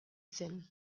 zen